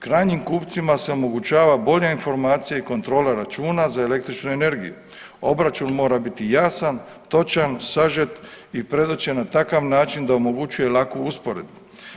Krajnjim kupcima se omogućava bolja informacija i kontrola računa za električnu energiju, obračun mora biti jasan, točan, sažet i predočen na takav način da omogućuje laku usporedbu.